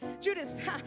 Judas